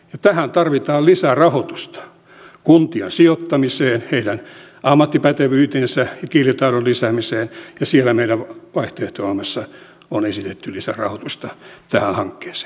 tähän tarvitaan lisärahoitusta kuntiin sijoittamiseen heidän ammattipätevyytensä ja kielitaidon lisäämiseen ja siellä meidän vaihtoehto ohjelmassamme on esitetty lisärahoitusta tähän hankkeeseen